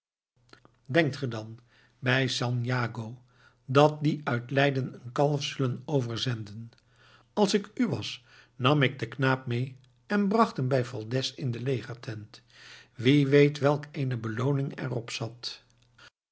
denkt ge dan bij san jago dat die uit leiden een kalf zullen overzenden als ik u was nam ik den knaap mee en bracht hem bij valdez in de legertent wie weet welk eene belooning er op zat